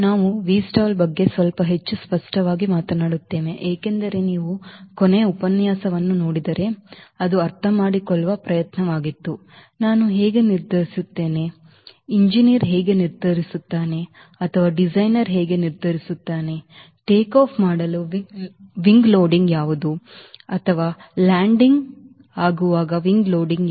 ನಾವು Vstall ಬಗ್ಗೆ ಸ್ವಲ್ಪ ಹೆಚ್ಚು ಸ್ಪಷ್ಟವಾಗಿ ಮಾತನಾಡುತ್ತೇವೆ ಏಕೆಂದರೆ ನೀವು ಕೊನೆಯ ಉಪನ್ಯಾಸವನ್ನು ನೋಡಿದರೆ ಅದು ಅರ್ಥಮಾಡಿಕೊಳ್ಳುವ ಪ್ರಯತ್ನವಾಗಿತ್ತು ನಾನು ಹೇಗೆ ನಿರ್ಧರಿಸುತ್ತೇನೆ ಎಂಜಿನಿಯರ್ ಹೇಗೆ ನಿರ್ಧರಿಸುತ್ತಾನೆ ಅಥವಾ ಡಿಸೈನರ್ ನಿರ್ಧರಿಸುತ್ತಾನೆ ಟೇಕ್ ಆಫ್ ಮಾಡಲು ವಿಂಗ್ ಲೋಡಿಂಗ್ ಯಾವುದು ಅಥವಾ ಇಳಿಯಲು ವಿಂಗ್ ಲೋಡಿಂಗ್